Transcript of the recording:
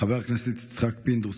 חבר הכנסת יצחק פינדרוס,